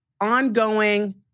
ongoing